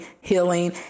healing